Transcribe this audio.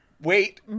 Wait